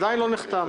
ועדיין לא נחתם.